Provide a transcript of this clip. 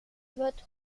votre